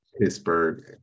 pittsburgh